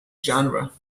genre